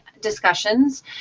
discussions